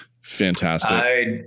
Fantastic